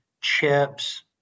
CHIPs